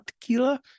tequila